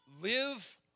live